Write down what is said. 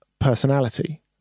personality